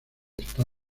está